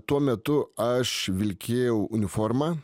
tuo metu aš vilkėjau uniformą